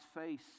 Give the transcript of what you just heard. face